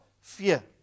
fear